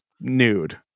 nude